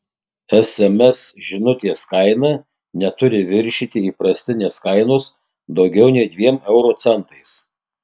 sms žinutės kaina neturi viršyti įprastinės kainos daugiau nei dviem euro centais